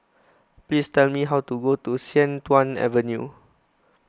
please tell me how to go to Sian Tuan Avenue